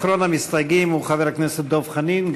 אחרון המסתייגים הוא חבר הכנסת דב חנין.